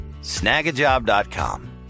Snagajob.com